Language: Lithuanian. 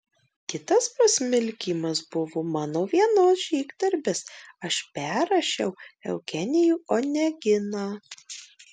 kitas pasmilkymas buvo mano vienos žygdarbis aš perrašiau eugenijų oneginą